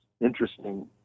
Interesting